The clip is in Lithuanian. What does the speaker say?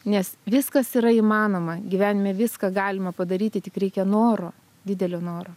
nes viskas yra įmanoma gyvenime viską galima padaryti tik reikia noro didelio noro